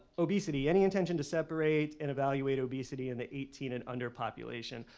obesity. any intention to separate and evaluate obesity in the eighteen and under population.